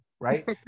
right